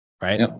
Right